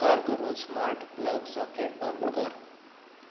उपकार करून smart plug socket बंद कर